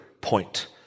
point